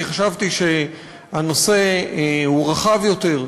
כי חשבתי שהנושא הוא רחב יותר.